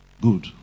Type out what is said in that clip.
Good